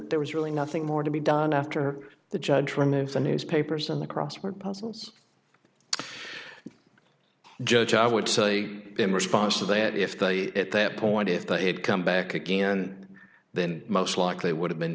there was really nothing more to be done after the judgment of the newspapers and the crossword puzzles judge i would say in response to that if they at that point if they had come back again then most likely would have been